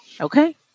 Okay